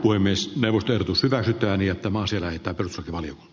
puhemiesneuvosto ehdotus hyväksytään jotta maa sillä että sopivan